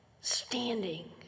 standing